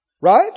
Right